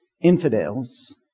infidels